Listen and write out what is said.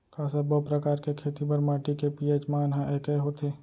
का सब्बो प्रकार के खेती बर माटी के पी.एच मान ह एकै होथे?